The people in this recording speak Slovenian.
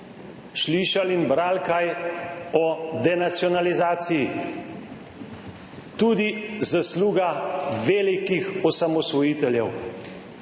slišali in brali kaj o denacionalizaciji? Tudi zasluga velikih osamosvojiteljev.